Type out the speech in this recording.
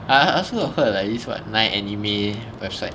I also got heard like this what nine anime website